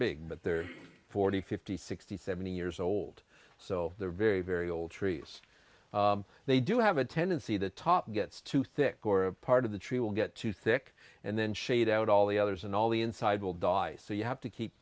big but there are forty fifty sixty seventy years old so they're very very old trees they do have a tendency the top gets too thick or a part of the tree will get too thick and then shade out all the others and all the inside will die so you have to keep